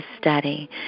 study